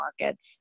markets